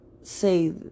say